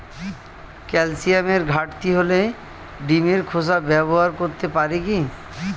ক্যালসিয়ামের ঘাটতি হলে ডিমের খোসা ব্যবহার করতে পারি কি?